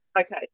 okay